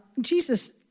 Jesus